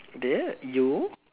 you